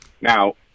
Now